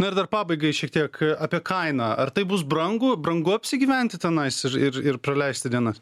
na ir dar pabaigai šiek tiek apie kainą ar tai bus brangu brangu apsigyventi tenais ir ir praleisti dienas